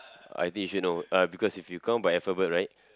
I teach you no uh because if you count by alphabet right